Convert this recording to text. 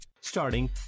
Starting